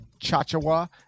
Chachawa